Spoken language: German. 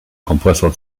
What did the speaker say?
kompressor